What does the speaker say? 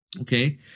Okay